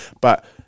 But-